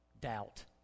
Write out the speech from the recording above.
Doubt